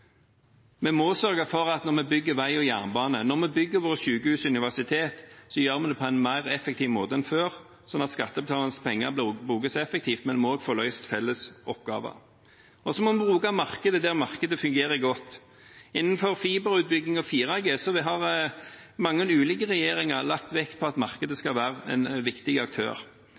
Vi må sørge for at når vi bygger vei og jernbane, når vi bygger våre sykehus og universitet, gjør vi det på en mer effektiv måte enn før, sånn at skattebetalernes penger brukes effektivt, men vi også får løst felles oppgaver. Så må vi bruke markedet der markedet fungerer godt. Innenfor fiberutbygging og 4G har mange ulike regjeringer lagt vekt på at markedet skal være en viktig aktør.